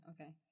okay